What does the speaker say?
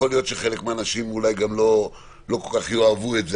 ויכול להיות שחלק מהאנשים אולי לא כל כך יאהבו את זה,